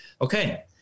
okay